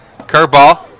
curveball